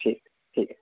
ঠিক ঠিক আছে